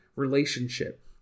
relationship